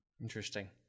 Interesting